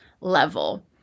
level